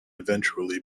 eventually